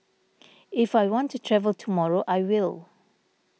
if I want to travel tomorrow I will